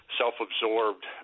self-absorbed